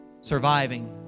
surviving